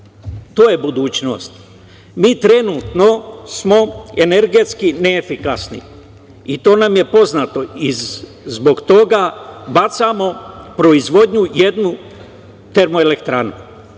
To je budućnost. Mi trenutno smo energetski neefikasni i to nam je poznato. Zbog toga bacamo proizvodnju jednu termoelektranu.